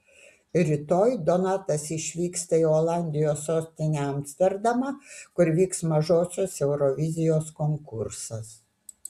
rytoj donatas išvyksta į olandijos sostinę amsterdamą kur vyks mažosios eurovizijos konkursas